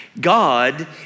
God